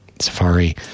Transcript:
Safari